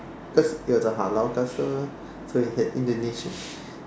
because it was a halal customer so we had Indonesian